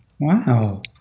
Wow